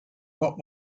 what